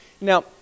Now